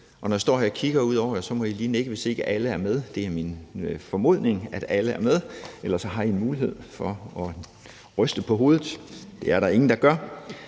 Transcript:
Så har jeg en vedtagelsestekst, og I må lige melde tilbage, hvis ikke alle med. Det er min formodning, at alle er med, ellers har I mulighed for at ryste på hovedet. Det er der ingen der gør.